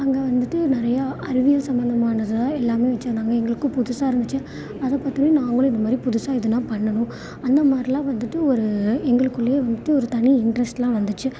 அங்கே வந்துவிட்டு நிறையா அறிவியல் சம்மந்தமானதாக எல்லாமே வச்சிருந்தாங்க எங்களுக்கும் புதுசாக இருந்துச்சு அது பார்த்தோன நாங்களும் இந்தமாதிரி புதுசாக எதனா பண்ணணும் அந்த மாதிரிலான் வந்துவிட்டு ஒரு எங்களுக்குள்ளையே வந்துவிட்டு ஒரு தனி இன்ட்ரஸ்ட்லாம் வந்துச்சு